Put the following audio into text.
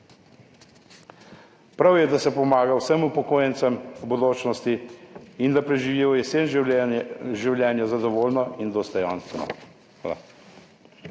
Prav je, da se pomaga vsem upokojencem v bodočnosti in da preživijo v jesen življenja zadovoljno in dostojanstveno. Hvala.